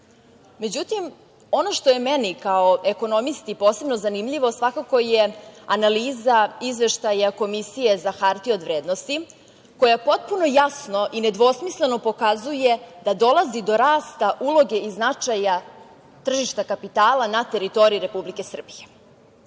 ono što je meni kao ekonomisti posebno zanimljivo, svakako je analiza izveštaja Komisije za hartije od vrednosti, koja potpuno jasno i nedvosmisleno pokazuje da dolazi do rasta uloge i značaja tržišta kapitala na teritoriji Republike Srbije.O